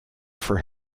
for